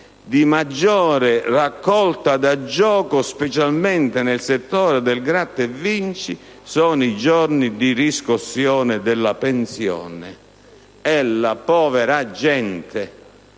di maggiore raccolta da gioco, specialmente nel settore del Gratta e Vinci, sono quelli di riscossione della pensione. È la povera gente